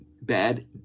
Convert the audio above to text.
bad